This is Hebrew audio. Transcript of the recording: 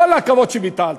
כל הכבוד שביטלת,